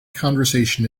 conversation